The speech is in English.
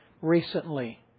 recently